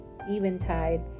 eventide